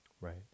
right